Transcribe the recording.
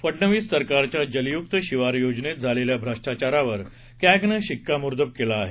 फडनवीस सरकारच्या जलयुक्त शिवार योजनेत झालेल्या भ्रष्टाचारावर कॅगने शिक्कामोर्तब केलं आहे